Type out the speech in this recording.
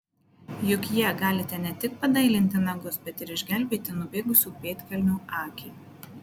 juk ja galite ne tik padailinti nagus bet ir išgelbėti nubėgusią pėdkelnių akį